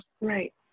right